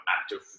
active